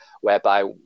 whereby